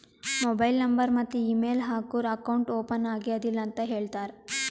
mobile number ಮತ್ತ email ಹಾಕೂರ್ account open ಆಗ್ಯಾದ್ ಇಲ್ಲ ಅಂತ ಹೇಳ್ತಾರ್